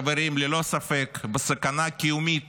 חברים, ללא ספק, בסכנה קיומית